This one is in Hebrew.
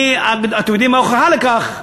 אתם יודעים מה ההוכחה לכך?